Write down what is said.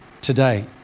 today